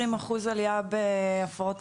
דיברו אתמול בחדשות על עלייה ב-120 אחוז בהפרעות אכילה,